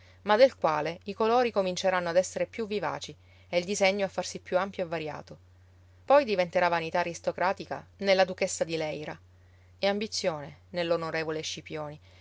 ma del quale i colori cominceranno ad essere più vivaci e il disegno a farsi più ampio e variato poi diventerà vanità aristocratica nella duchessa di leyra e ambizione nell'onorevole scipioni